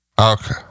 Okay